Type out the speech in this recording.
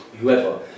whoever